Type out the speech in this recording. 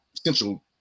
essential